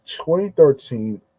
2013